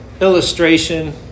illustration